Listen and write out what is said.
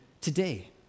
today